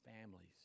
families